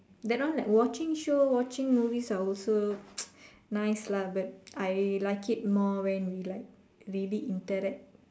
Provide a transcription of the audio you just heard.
that one like watching show watching movies are also nice lah but I like it more when we like really interact